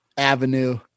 avenue